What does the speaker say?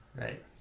Right